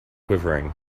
quivering